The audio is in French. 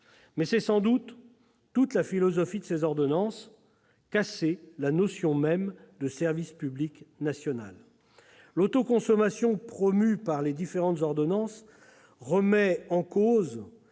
c'est sans doute toute la philosophie de ces ordonnances : casser la notion même de service public national ! L'autoconsommation promue par les différentes ordonnances remet en cause